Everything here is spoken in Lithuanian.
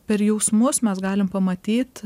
per jausmus mes galim pamatyt